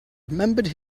remembered